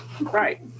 Right